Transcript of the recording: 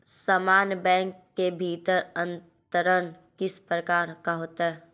समान बैंक के भीतर अंतरण किस प्रकार का होता है?